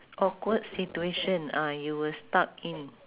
awkward situation ah you were stuck in